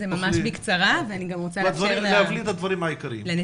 כדי להעביר את הדברים העיקריים.